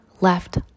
left